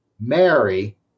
Mary